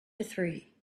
three